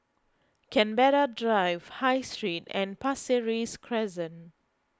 Canberra Drive High Street and Pasir Ris Crescent